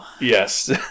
yes